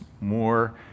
more